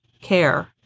care